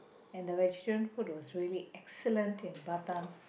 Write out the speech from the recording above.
and the vegetarian food was really excellent in Batam